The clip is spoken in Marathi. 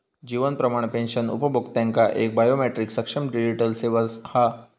जीवन प्रमाण पेंशन उपभोक्त्यांका एक बायोमेट्रीक सक्षम डिजीटल सेवा हा